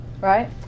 Right